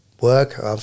work